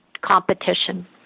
competition